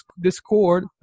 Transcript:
Discord